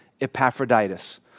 Epaphroditus